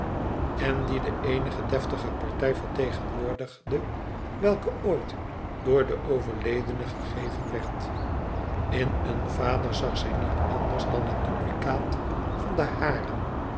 en die de eenige deftige partij vertegenwoordigde welke ooit door den overledene gegeven werd in een vader zag zij niet anders dan het duplicaat van den haren